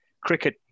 Cricket